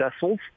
vessels